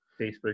Facebook